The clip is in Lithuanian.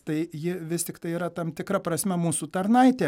tai ji vis tiktai yra tam tikra prasme mūsų tarnaitė